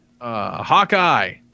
Hawkeye